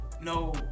no